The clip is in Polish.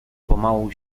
pomału